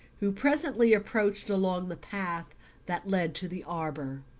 who presently approached along the path that led to the arbour.